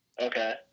Okay